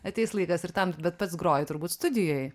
ateis laikas ir tam bet pats groji turbūt studijoj